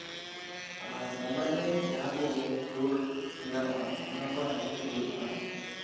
ᱟᱨ mobile ᱨᱮ ᱡᱟᱦᱟᱸ ᱠᱚ ᱜᱮᱢ ᱠᱚ ᱠᱷᱮᱞᱳᱰ ᱜᱟᱱᱚᱜᱼᱟ ᱚᱱᱟ ᱠᱚᱨᱮᱱᱟᱜ ᱧᱩᱛᱩᱢ ᱫᱚ ᱦᱳᱭᱳᱜ ᱠᱟᱱᱟ